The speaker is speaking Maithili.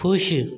खुश